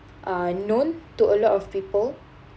uh known to a lot of people